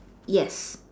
yes